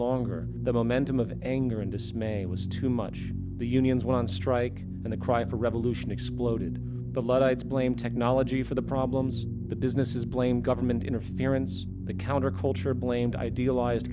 longer the momentum of anger and dismay was too much the unions one strike and the cry for revolution exploded the luddites blame technology for the problems the business is blame government interference the counterculture blamed idealized